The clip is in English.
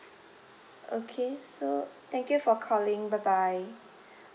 okay so thank you for calling bye bye